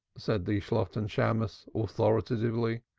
said the shalotten shammos authoritatively.